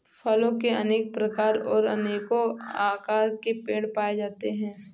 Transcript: फलों के अनेक प्रकार और अनेको आकार के पेड़ पाए जाते है